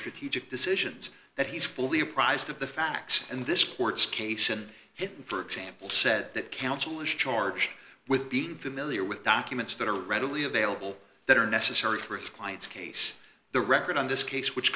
strategic decisions that he's fully apprised of the facts and this court's case and him for example said that counsel is charged with being familiar with documents that are readily available that are necessary for his client's case the record on this case which